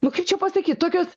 nu kaip čia pasakyt tokios